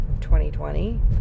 2020